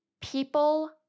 People